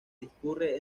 discurre